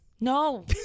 No